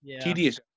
tedious